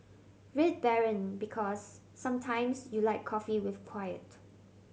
Red Baron Because sometimes you like coffee with quiet